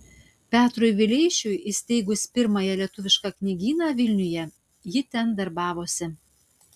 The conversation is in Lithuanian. petrui vileišiui įsteigus pirmąjį lietuvišką knygyną vilniuje ji ten darbavosi